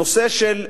הנושא של בעלי-החיים,